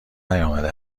نیامده